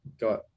got